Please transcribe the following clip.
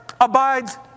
abides